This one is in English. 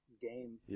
game